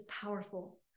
powerful